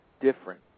different